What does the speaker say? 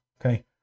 okay